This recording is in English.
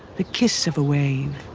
the kiss of a wave.